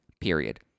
period